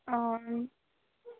অঁ